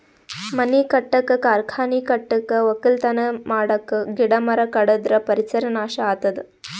ಮನಿ ಕಟ್ಟಕ್ಕ್ ಕಾರ್ಖಾನಿ ಕಟ್ಟಕ್ಕ್ ವಕ್ಕಲತನ್ ಮಾಡಕ್ಕ್ ಗಿಡ ಮರ ಕಡದ್ರ್ ಪರಿಸರ್ ನಾಶ್ ಆತದ್